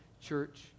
church